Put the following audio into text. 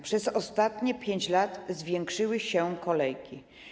Przez ostatnie 5 lat zwiększyły się kolejki.